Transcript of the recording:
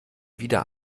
wieder